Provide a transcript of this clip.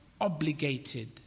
obligated